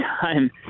time